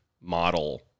model